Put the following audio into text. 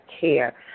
care